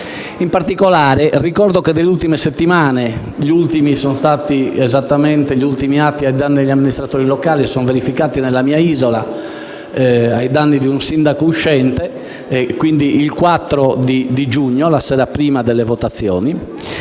In particolare, ricordo che nelle ultime settimane (gli ultimi atti ai danni degli amministratori locali si sono verificati nella mia isola ai danni di un sindaco uscente lo scorso 4 giugno, la sera prima della votazioni)